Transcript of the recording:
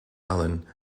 allen